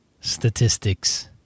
statistics